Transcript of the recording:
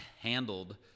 handled